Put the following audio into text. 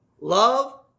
Love